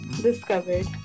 discovered